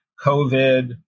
COVID